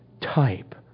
type